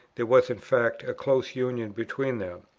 there was in fact a close union between them.